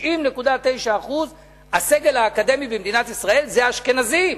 90.9% מהסגל האקדמי במדינת ישראל זה אשכנזים.